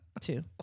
Two